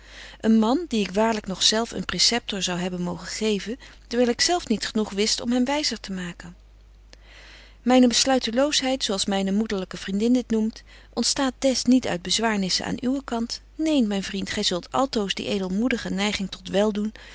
een man die ik waarlyk nog wel zelf een preceptor zou hebben mogen geven dewyl ik zelf niet genoeg wist om hem wyzer te maken myne besluiteloosheid zo als myne moederlyke vriendin dit noemt ontstaat des niet uit bezwaarnissen aan uwen kant neen myn vriend gy zult altoos die edelmoedige neiging tot weldoen